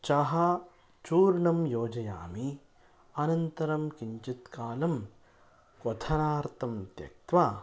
च चूर्णं योजयामि अनन्तरं किञ्चित् कालं क्वथनार्थं त्यक्त्वा